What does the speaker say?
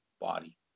body